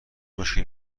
مشکلی